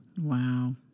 Wow